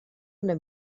una